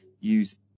use